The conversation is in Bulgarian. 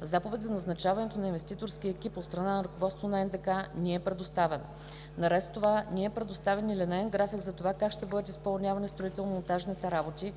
заповед за назначаването на инвеститорски екип от страна на ръководството на НДК не й е предоставена. Наред с това не й е предоставен и линеен график за това как ще бъдат изпълнявани строително-монтажните работи,